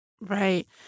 Right